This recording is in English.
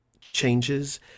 changes